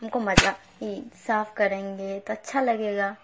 ہم کو مزہ صاف کریں گے تو اچھا لگے گا